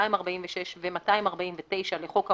246 ו־249 לחוק העונשין,